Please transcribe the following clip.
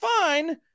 fine